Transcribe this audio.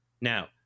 Now